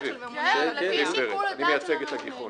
אביב ברנט, אני מייצג את הגיחון,